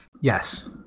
Yes